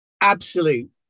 absolute